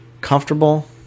comfortable